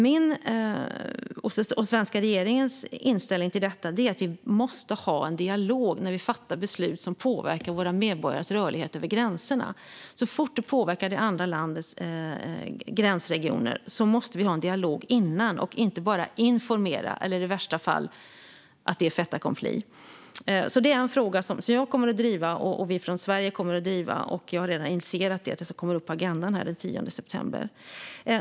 Den svenska regeringens inställning till detta är att vi måste ha en dialog när vi fattar beslut som påverkar våra medborgares rörlighet över gränserna. Så fort det påverkar det andra landets gränsregioner måste vi ha en dialog innan och inte bara informera, i värsta fall när det är fait accompli. Det är en fråga som jag och vi från Sverige kommer att driva. Jag har redan initierat arbetet med att det ska komma upp på agendan den 10 september.